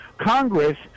Congress